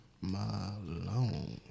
Malone